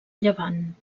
llevant